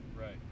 Right